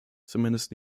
zumindest